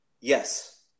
yes